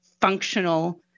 functional